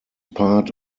part